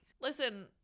listen